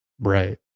Right